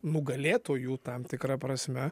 nugalėtojų tam tikra prasme